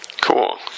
Cool